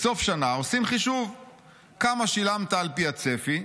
בסוף שנה עושים חישוב כמה שילמת על פי הצפי,